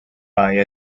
buy